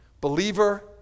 Believer